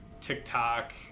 tiktok